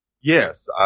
Yes